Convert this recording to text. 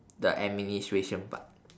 the administration part